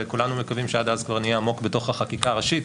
וכולנו מקווים שעד אז כבר נהיה עמוק בתוך החקיקה הראשית,